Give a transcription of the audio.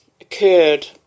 occurred